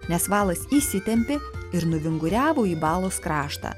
nes valas įsitempė ir nuvinguriavo į balos kraštą